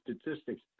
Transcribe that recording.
statistics